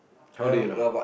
how do you know